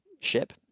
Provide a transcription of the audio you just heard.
ship